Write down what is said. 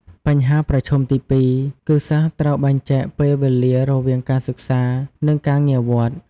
បញ្ហាប្រឈមទី២ គឺសិស្សត្រូវបែងចែកពេលវេលារវាងការសិក្សា និងការងារវត្ត។